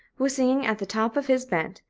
was singing at the top of his bent,